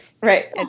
Right